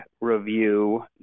review